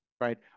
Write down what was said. right